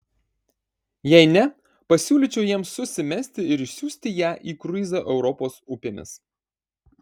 jei ne pasiūlyčiau jiems susimesti ir išsiųsti ją į kruizą europos upėmis